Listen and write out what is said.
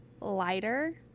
lighter